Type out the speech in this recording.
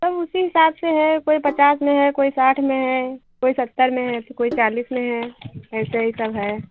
तो उसी हिसाब से है कोई पचास में है कोई साठ में है कोई सत्तर में है तो कोई चालिस में है ऐसे ही सब है